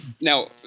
Now